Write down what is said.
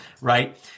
right